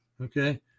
Okay